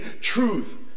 truth